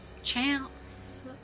chance